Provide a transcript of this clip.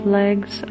legs